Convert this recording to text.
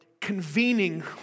convening